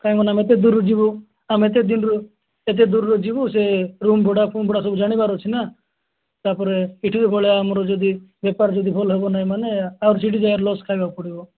କାହିଁକିନା ଆମେ ଏତେ ଦୂରରୁ ଯିବୁ ଆମେ ଏତେ ଦୂରରୁ ଏତେ ଦୂରରୁ ଯିବୁ ସେ ରୁମ୍ ଭଡ଼ା ଫୁମ୍ ଭଡ଼ା ସବୁ ଜାଣିବାର ଅଛି ନା ତାପରେ ଏଠିକା ଭଳିଆ ଆମର ଯଦି ବେପାର ଯଦି ଭଲ ହେବନାହିଁ ମାନେ ଆଉ ସେଇଠି ଜାଗାରେ ଲସ୍ ଖାଇବାକୁ ପଡ଼ିବ